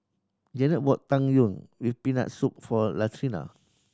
Janette bought Tang Yuen with Peanut Soup for Latrina